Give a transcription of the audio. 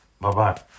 Bye-bye